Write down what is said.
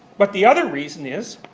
but the other reason is,